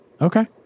Okay